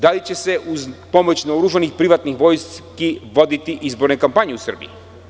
Da li će se uz pomoć naoružanih privatnih vojski voditi izborne kampanje u Srbiji?